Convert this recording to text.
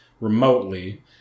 remotely